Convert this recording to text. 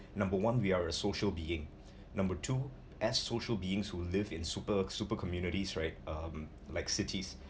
number one we are a social being number two as social beings who live in super super communities right um like cities